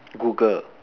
Google